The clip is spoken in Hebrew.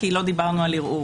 כי לא דיברנו על ערעור